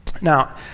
Now